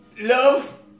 Love